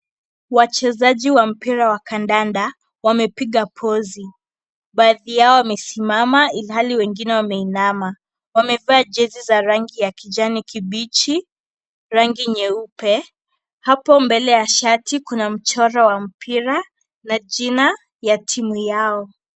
Wachezaji wa mpira wa kandanda wamepiga pozi. Baadhi yao wamesimama ilhali wengine wameinama. Wamevaa jezi za rangi ya kijani kibichi, rangi nyeupe. Hapo mbele ya shati kuna mchoro wa mpira na jina ya timu yao.